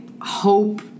hope